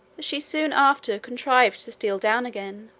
she soon after contrived to steal down again,